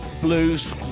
blues